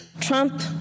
Trump